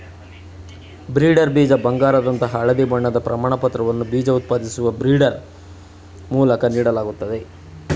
breeder ಬೀಜ ಬಂಗಾರದಂತಹ ಹಳದಿ ಬಣ್ಣದ ಪ್ರಮಾಣಪತ್ರವನ್ನ ಬೀಜ ಉತ್ಪಾದಿಸುವ ಬ್ರೀಡರ್ ಮೂಲಕ ನೀಡಲಾಗ್ತದೆ